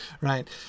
right